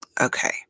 okay